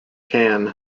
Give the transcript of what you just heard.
can